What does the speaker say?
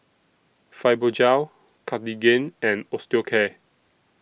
Fibogel Cartigain and Osteocare